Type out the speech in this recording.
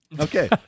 Okay